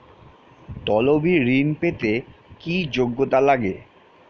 তলবি ঋন পেতে কি যোগ্যতা লাগে?